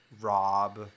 rob